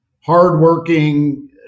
hardworking